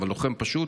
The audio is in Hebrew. אבל לוחם פשוט,